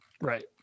Right